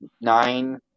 nine